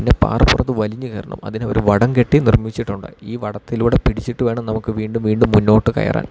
പിന്നെ പാറപ്പുറത്ത് വലിഞ്ഞ് കയറണം അതിന് ഒരു വടം കെട്ടി നിർമ്മിച്ചിട്ടുണ്ട് ഈ വടത്തിലൂടെ പിടിച്ചിട്ട് വേണം നമുക്ക് വീണ്ടും വീണ്ടും മുന്നോട്ട് കയറാൻ